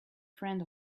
friend